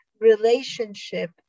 relationship